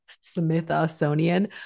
Smithsonian